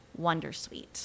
Wondersuite